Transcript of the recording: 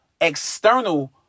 external